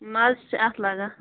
مَزٕ چھُ اٮ۪تھ لَگا